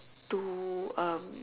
to um